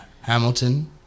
Hamilton